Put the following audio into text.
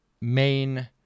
main